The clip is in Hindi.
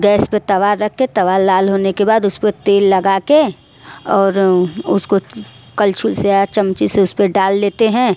गैस पर तवा रख कर तवा लाल होने के बाद उस पर तेल लगा कर और उसको कल्छुल से या चमची से उस पर डाल लेते हैं